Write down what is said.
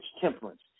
temperance